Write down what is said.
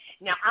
Now